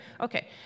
Okay